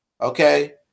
okay